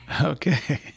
Okay